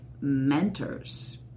mentors